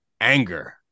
anger